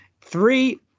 three